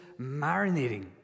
marinating